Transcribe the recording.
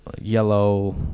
yellow